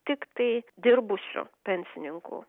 tiktai dirbusių pensininkų